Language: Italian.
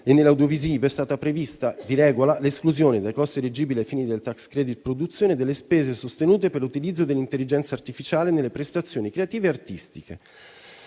e nell'audiovisivo è stata prevista di regola l'esclusione dai costi eleggibili ai fini del *tax credit* produzione delle spese sostenute per l'utilizzo dell'intelligenza artificiale nelle prestazioni creative e artistiche.